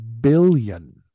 billion